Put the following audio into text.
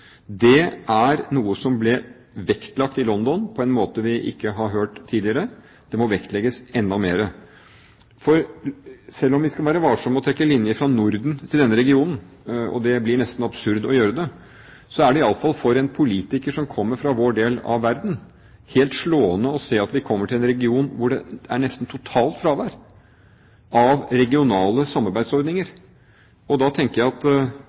Det er noe som ble vektlagt i London på en måte vi ikke har hørt tidligere, og det må vektlegges enda mer. Selv om vi skal være varsomme med å trekke linjer fra Norden til denne regionen – det blir nesten absurd å gjøre det – er det i alle fall for en politiker som kommer fra vår del av verden, helt slående å se at vi kommer til en region hvor det er nesten totalt fravær av regionale samarbeidsordninger. Da tenker jeg at